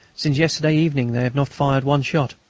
since yesterday evening they have not fired one shot,